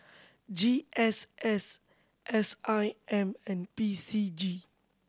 G S S S I M and P C G